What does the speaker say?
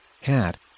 hat